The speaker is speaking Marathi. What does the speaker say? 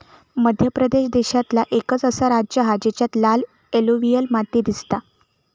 मध्य प्रदेश देशांतला एकंच असा राज्य हा जेच्यात लाल एलुवियल माती दिसता